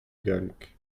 galleg